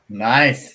Nice